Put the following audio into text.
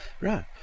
Right